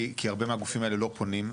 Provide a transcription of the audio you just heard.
כי הרבה מהגופים האלה לא פונים.